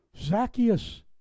Zacchaeus